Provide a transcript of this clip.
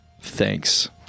thanks